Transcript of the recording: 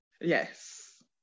yes